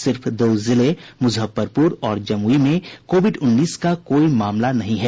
सिर्फ दो जिले मुजफ्फरपुर और जमुई में कोविड उन्नीस का कोई मामला नहीं है